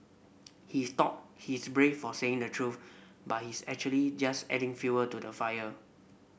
he thought he's brave for saying the truth but he's actually just adding fuel to the fire